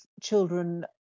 children